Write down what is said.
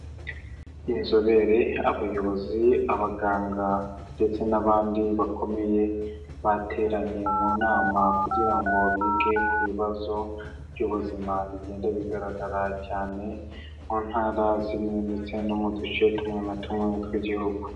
Inzobere, abayobozi, abaganga ndetse n'abandi bakomeye bateranye mu nama kugira ngo bige ku bibazo by'ubuzima bigenda bigaragara cyane mu ntara zimwe ndetse no mu duce tumwe na tumwe tw'igihugu.